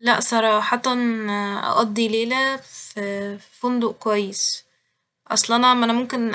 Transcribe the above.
لا صراحة أقضي ليلة في فندق كويس ، أصل أنا ما أنا ممكن